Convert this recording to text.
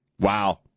Wow